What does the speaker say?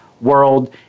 world